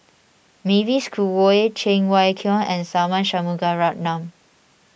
Mavis Khoo Oei Cheng Wai Keung and Tharman Shanmugaratnam